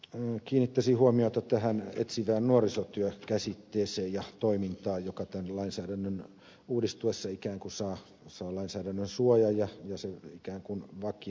sitten kiinnittäisin huomiota tähän etsivän nuorisotyön käsitteeseen ja toimintaan joka tämän lainsäädännön uudistuessa ikään kuin saa lainsäädännön suojan ja vakinaistuu